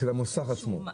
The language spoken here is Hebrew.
של המוסך עצמו.